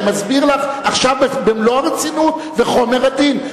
אני מסביר לך עכשיו במלוא הרצינות, זה חומר עדין.